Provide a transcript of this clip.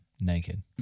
naked